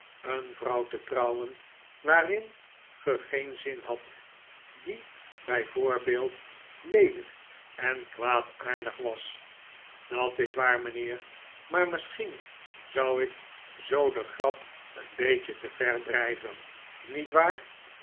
een vrouw te trouwen waarin gij geen zin hadt die bij voorbeeld leelrjk en kwaadaardig was dat is waar mijnheer maar misschien zou ik zoo de grap een beetje te ver drijven niet waar